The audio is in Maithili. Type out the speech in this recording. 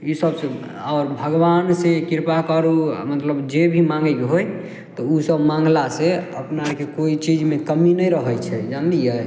ई सबसे आओर भगवान से कृपा करू मतलब जे भी मांगैके होइ तऽ ओसब मांगला से नहि कोइ चीज मे कम्मी नहि रहै छै जनलियै